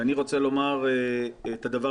ואני רוצה לומר את הדבר,